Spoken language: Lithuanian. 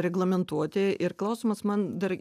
reglamentuoti ir klausimas man dar